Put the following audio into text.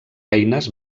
eines